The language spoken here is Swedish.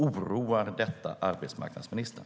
Oroar detta arbetsmarknadsministern?